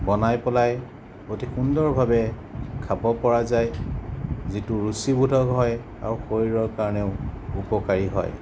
বনাই পেলাই অতি সুন্দৰভাৱে খাব পৰা যায় যিটো ৰুচিবোধক হয় আৰু শৰীৰৰ কাৰণেও উপকাৰী হয়